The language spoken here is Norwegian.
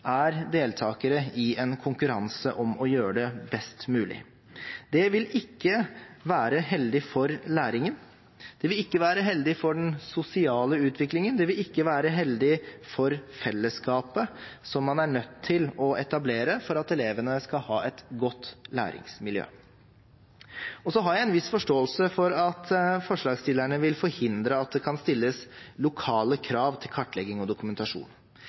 er deltakere i en konkurranse om å gjøre det best mulig. Det vil ikke være heldig for læringen, det vil ikke være heldig for den sosiale utviklingen, og det vil ikke være heldig for fellesskapet, som man er nødt til å etablere for at elevene skal ha et godt læringsmiljø. Så har jeg en viss forståelse for at forslagsstillerne vil forhindre at det kan stilles lokale krav til kartlegging og dokumentasjon.